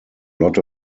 lot